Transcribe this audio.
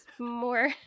more